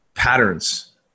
Patterns